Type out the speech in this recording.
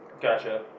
Gotcha